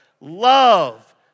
Love